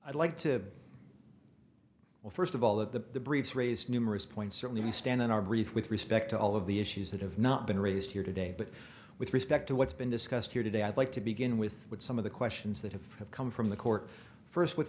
i'd like to well first of all that the briefs raised numerous points certainly we stand in our brief with respect to all of the issues that have not been raised here today but with respect to what's been discussed here today i'd like to begin with with some of the questions that have come from the court first with